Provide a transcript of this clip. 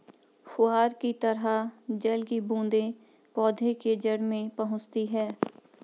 फुहार की तरह जल की बूंदें पौधे के जड़ में पहुंचती है